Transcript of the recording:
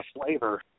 flavor